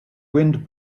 wind